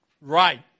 right